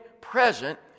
present